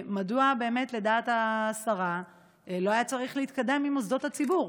מדוע לדעת השרה לא היה צריך להתקדם עם מוסדות הציבור?